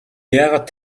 яагаад